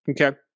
Okay